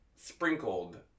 sprinkled